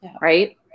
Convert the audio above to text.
right